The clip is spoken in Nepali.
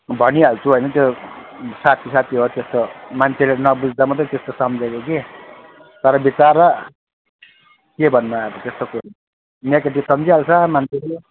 भनिहाल्छु होइन त्यो साथी साथी हो त्यस्तो मान्छेले नबुझ्दा मात्रै त्यस्तो सम्झेको कि तर विचरा के भन्नु अब त्यस्तो कुरा नेगेटिभ सम्झिहाल्छ मान्छेले